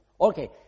Okay